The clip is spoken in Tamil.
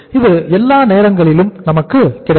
இது எல்லா நேரங்களிலும் நமக்கு கிடைக்கும்